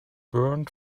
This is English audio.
burned